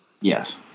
Yes